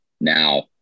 now